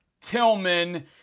Tillman